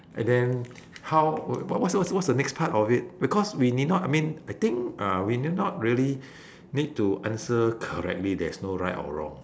and then how wait what's what's what's the next part of it because we need not I mean I think uh we need not really need to answer correctly there is no right or wrong